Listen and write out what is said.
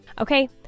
Okay